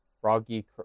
Froggy